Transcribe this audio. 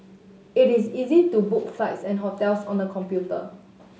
it is easy to book flights and hotels on the computer